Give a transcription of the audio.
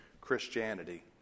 Christianity